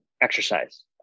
exercise